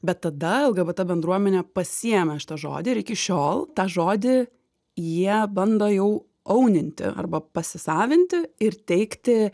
bet tada ta bendruomenė pasiėmė šitą žodį ir iki šiol tą žodį jie bando jau ouninti arba pasisavinti ir teikti